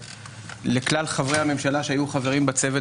לכלל חברי הממשלה שהיו חברים בצוות,